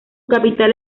capital